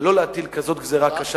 ולא להטיל על הציבור כזאת גזירה קשה,